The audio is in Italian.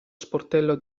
sportello